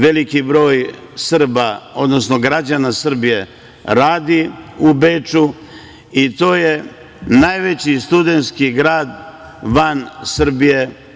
Veliki broj Srba, odnosno građana Srbije radi u Beču, i to je najveći studentski grad van Srbije.